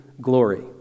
glory